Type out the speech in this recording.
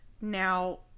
Now